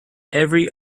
every